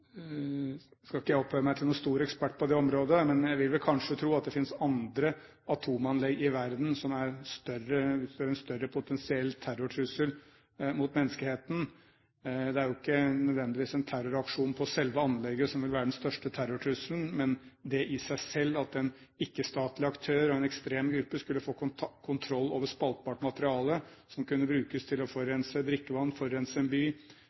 finnes andre atomanlegg i verden som utgjør en større potensiell terrortrussel mot menneskeheten. Det er jo ikke nødvendigvis en terroraksjon på selve anlegget som vil være den største terrortrusselen, men det i seg selv at en ikke-statlig aktør og en ekstrem gruppe skulle få kontroll over spaltbart materiale som kunne brukes til å forurense drikkevann, forurense en by